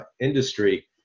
industry